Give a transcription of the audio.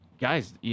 guys